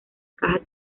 caja